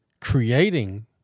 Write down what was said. creating